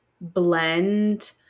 blend